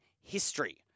history